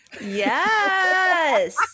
Yes